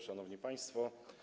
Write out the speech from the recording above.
Szanowni Państwo!